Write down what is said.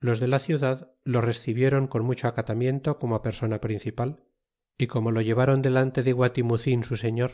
los de la cme dad lo rescibiéron con mucho acatamiento como á persona e principal y como lo lles áron delante de guatimucin su señor